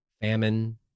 famine